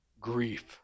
grief